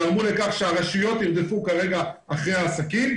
גרמו לכך שהרשויות ירדפו אחרי העסקים,